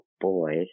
boy